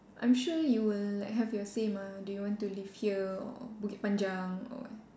I'm sure you will like have your say mah do you want to live here or Bukit-Panjang or